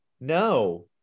No